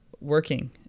working